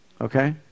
Okay